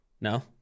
No